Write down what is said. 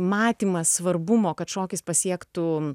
matymas svarbumo kad šokis pasiektų